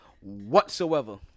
whatsoever